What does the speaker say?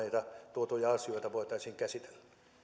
tuotuja asioita voitaisiin käsitellä